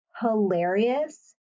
hilarious